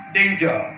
danger